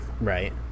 right